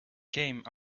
came